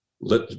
let